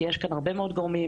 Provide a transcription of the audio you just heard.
כי יש כאן הרבה מאוד גורמים,